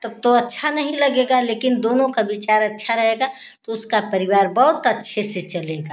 तब तो अच्छा नहीं लगेगा लेकिन दोनों का विचार अच्छा रहेगा तो उसका परिवार बहुत अच्छे से चलेगा